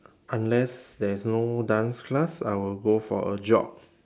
unless there is no dance class I will go for a jog